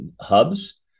hubs